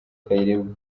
kayirebwa